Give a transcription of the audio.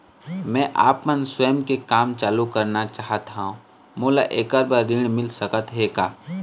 मैं आपमन स्वयं के काम चालू करना चाहत हाव, मोला ऐकर बर ऋण मिल सकत हे का?